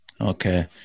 Okay